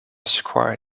square